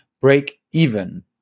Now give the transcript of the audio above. break-even